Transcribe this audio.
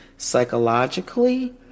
psychologically